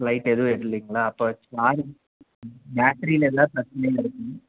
light எதுவும் எரியலைங்குலா அப்போது சார்ஜ் பேட்ரியில்தான் பிரச்சினையா இருக்கும்